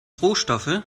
rohstoffe